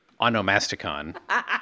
onomasticon